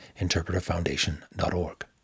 interpreterfoundation.org